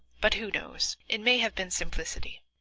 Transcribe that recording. but, who knows, it may have been simplicity.